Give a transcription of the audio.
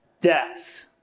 Death